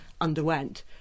underwent